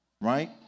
right